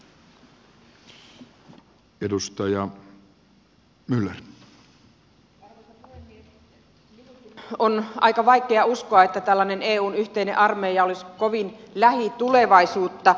minunkin on aika vaikea uskoa että tällainen eun yhteinen armeija olisi kovin lähitulevaisuutta